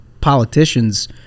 politician's